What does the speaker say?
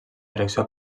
direcció